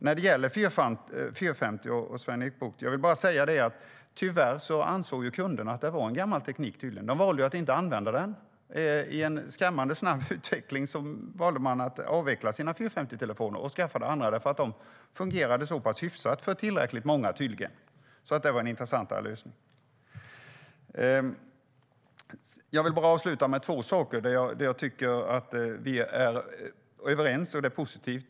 När det gäller 450-bandet och det som Sven-Erik Bucht säger vill jag bara konstatera att kunderna tyvärr ansåg att det var en gammal teknik. De valde att inte använda den. I en skrämmande snabb utveckling valde man att avveckla sina 450-telefoner och skaffa andra, för de fungerade hyfsat för tillräckligt många. Det var alltså en intressantare lösning. Jag vill avsluta med två saker som vi är överens om, och det är positivt.